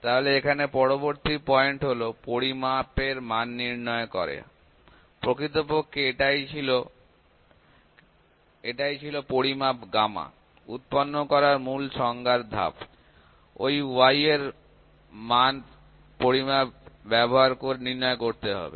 তাহলে এখানে পরবর্তী পয়েন্ট হল পরিমাপ মান নির্ণয় করে প্রকৃতপক্ষে এটাই ছিল পরিমাপ y উৎপন্ন করার মূল সংজ্ঞার ধাপ এই y এর মান পরিমাপ ব্যবহার করে নির্ণয় করতে হবে